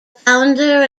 founder